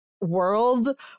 world